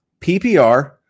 PPR